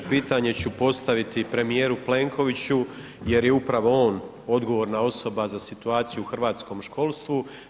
Pitanje ću postaviti premijeru Plenkoviću jer je upravo on odgovorna osoba za situaciju u hrvatskom školsku.